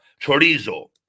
chorizo